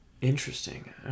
Interesting